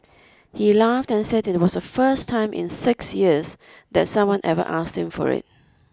he laughed and said it was the first time in six years that someone ever asked him for it